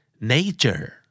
Nature